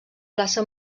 plaça